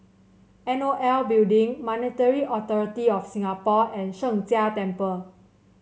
N O L Building Monetary Authority Of Singapore and Sheng Jia Temple